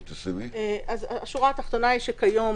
השורה התחתונה היא שכיום